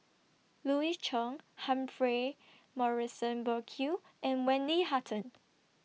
Louis Chen Humphrey Morrison Burkill and Wendy Hutton